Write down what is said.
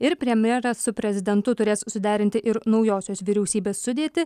ir premjeras su prezidentu turės suderinti ir naujosios vyriausybės sudėtį